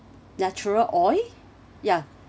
natural oil ya